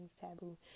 taboo